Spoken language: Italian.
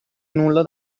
nulla